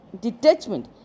detachment